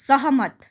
सहमत